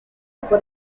por